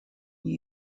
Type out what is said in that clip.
new